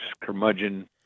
curmudgeon